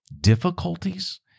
difficulties